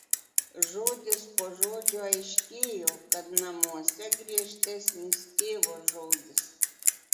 žodis po žodžio aiškėjo kad namuose griežtesnis tėvo žodis